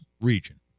region